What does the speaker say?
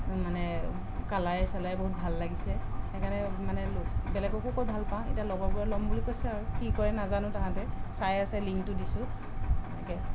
মানে কালাৰে চালাৰে বহুত ভাল লাগিছে সেইকাৰণে মানে বেলেগকো কৈ ভালপাওঁ এতিয়া লগৰবোৰে ল'ম বুলি কৈছে আৰু কি কৰে নাজানো তাহাঁতে চাই আছে লিংকটো দিছোঁ তেনেকৈ